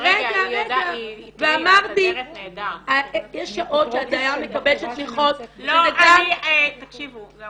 יש שעות שהדייר מקבל את התמיכות --- השעות גם